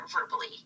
verbally